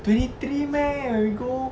twenty three meh when we go